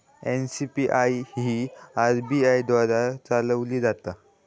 NCPI ही RBI द्वारा चालवली जाता